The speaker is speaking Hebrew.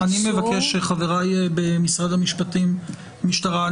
26. אני מבקש מחבריי במשרד המשפטים והמשטרה,